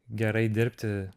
gerai dirbti